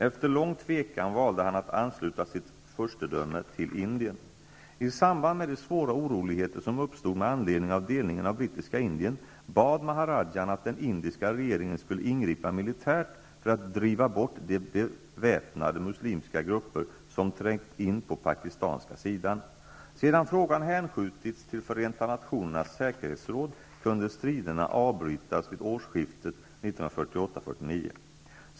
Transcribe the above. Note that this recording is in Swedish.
Efter lång tvekan valde han att ansluta sitt furstedöme till I samband med de svåra oroligheter som uppstod med anledning av delningen av brittiska Indien bad maharadjan att den indiska regeringen skulle ingripa militärt för att driva bort de beväpnade muslimska grupper som trängt in på pakistanska sidan. Sedan frågan hänskjutits till Förenta nationernas säkerhetsråd kunde striderna avbrytas vid årsskiftet 1948/1949.